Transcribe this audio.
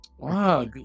Wow